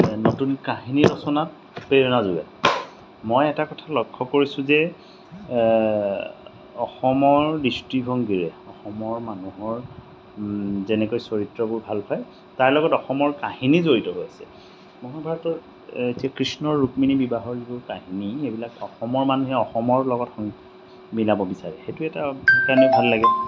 নতুন কাহিনী ৰচনাত প্ৰেৰণা যোগায় মই এটা কথা লক্ষ্য কৰিছোঁ যে অসমৰ দৃষ্টিভংগীৰে অসমৰ মানুহৰ যেনেকৈ চৰিত্ৰবোৰ ভাল পায় তাৰ লগত অসমৰ কাহিনী জড়িত হৈ আছে মহাভাৰতৰ এতিয়া কৃষ্ণৰ ৰুক্মিণী বিবাহৰ যিবোৰ কাহিনী এইবিলাক অসমৰ মানুহে অসমৰ লগত সং মিলাব বিচাৰে সেইটো এটা কাৰণে ভাল লাগে